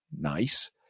Nice